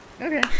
Okay